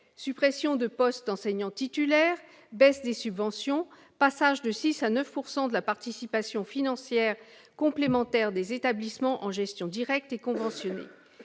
suppressions de postes d'enseignant titulaire, baisse des subventions, passage de 6 % à 9 % de la participation financière complémentaire des établissements en gestion directe ou conventionnés.